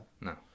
No